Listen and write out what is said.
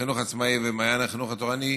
החינוך העצמאי ומעיין החינוך התורני,